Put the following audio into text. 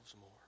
more